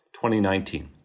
2019